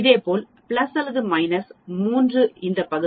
இதேபோல் பிளஸ் அல்லது மைனஸ் 3 இந்த பகுதியில் 99